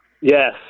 Yes